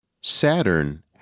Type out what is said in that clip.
Saturn